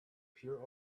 pure